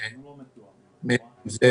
זה